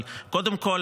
קודם כול,